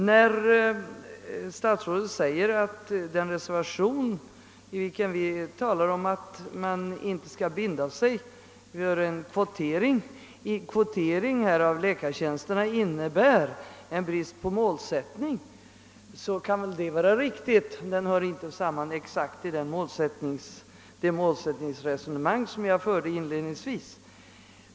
När statsrådet säger att den reservation, där vi talar om att man ej skall binda sig för en kvotering av läkartjänsterna, innebär en brist på målsättning, kan det vara riktigt. Den hör emellertid inte samman med det målsättningsresonemang som jag förde inledningsvis.